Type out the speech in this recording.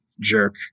jerk